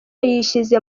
yishyize